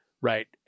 right